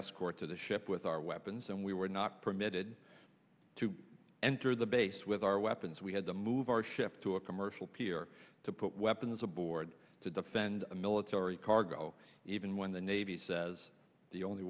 escort to the ship with our weapons and we were not permitted to enter the base with our weapons we had to move our ship to a commercial pier to put weapons aboard to defend a military cargo even when the navy says the only